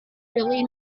really